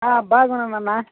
బాగున్నాను అన్న